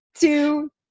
two